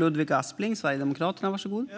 Fru talman!